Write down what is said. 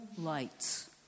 lights